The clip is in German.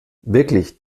wirklich